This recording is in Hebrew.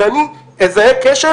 אם אני אזהה כשל